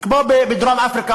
כמו בדרום-אפריקה,